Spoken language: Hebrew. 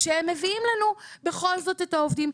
כשהם מביאים לנו בכל זאת את העובדים.